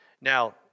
Now